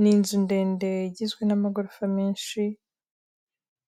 Ni inzu ndende igizwe n'amagorofa menshi.